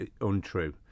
untrue